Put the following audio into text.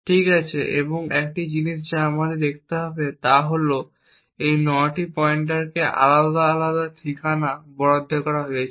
ঠিক আছে এবং একটি জিনিস যা আমাদের দেখতে হবে তা হল এই 9টি পয়েন্টারকে আলাদা আলাদা ঠিকানা বরাদ্দ করা হয়েছে